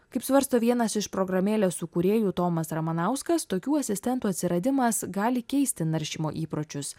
kaip svarsto vienas iš programėlės su kūrėju tomas ramanauskas tokių asistentų atsiradimas gali keisti naršymo įpročius